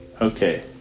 Okay